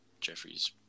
Jeffrey's